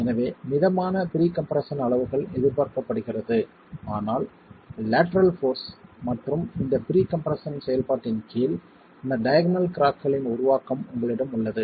எனவே மிதமான pre compression அளவுகள் எதிர்பார்க்கப்படுகிறது ஆனால் லேட்டரல் போர்ஸ் மற்றும் இந்த ப்ரீ கம்ப்ரெஸ்ஸன் செயல்பாட்டின் கீழ் இந்த டயக்கனல் கிராக்களின் உருவாக்கம் உங்களிடம் உள்ளது